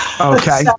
Okay